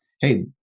hey